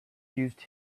used